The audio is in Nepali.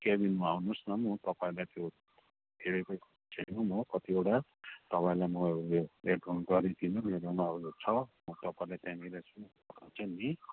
केबिनमा आउनुहोस् न म तपाईँलाई त्यो हेरेको म कतिवटा तपाईँलाई म उयो गरिदिनु यो हरू छ तपाईँले त्यहाँनिर चाहिँ नि